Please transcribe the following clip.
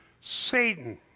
Satan